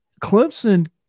Clemson